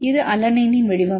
இது அலனைனின் வடிவம்